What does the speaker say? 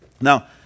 Now